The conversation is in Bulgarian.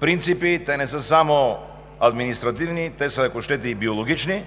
принципи и те не са само административни, те са, ако щете, и биологични,